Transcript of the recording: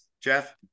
Jeff